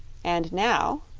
and now,